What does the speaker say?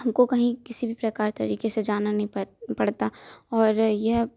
हमको कहीं किसी भी प्रकार तरीके से जाना नहीं पड़ पड़ता और यह